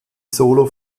solo